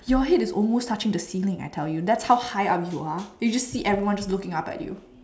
your head is almost touching the ceiling I tell you that's how high up you are you just see everyone just looking up at you